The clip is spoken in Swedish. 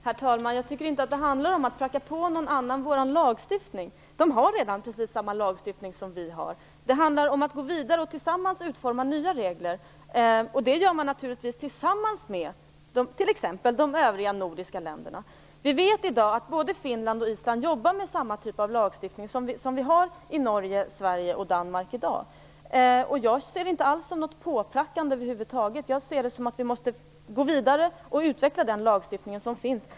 Herr talman! Jag tycker inte att det handlar om att pracka på någon annan vår lagstiftning. De andra har redan precis samma lagstiftning om vi. Det handlar om att gå vidare och tillsammans utforma nya regler. Det gör man naturligtvis tillsammans med exempelvis de övriga nordiska länderna. Vi vet att både Finland och Island i dag jobbar med samma typ av lagstiftning som den som finns i Norge, Sverige och Danmark. Jag ser det över huvud taget inte som något påprackande. Vi måste gå vidare och utveckla den lagstiftning som finns.